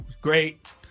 great